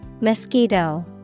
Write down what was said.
Mosquito